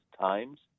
times